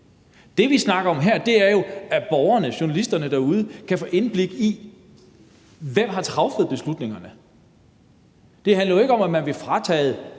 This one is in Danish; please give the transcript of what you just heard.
Det, vi snakker om her, er jo, at borgerne og journalisterne kan få indblik i, hvem der har truffet beslutningerne. Det handler ikke om, at man vil fratage